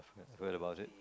heard about it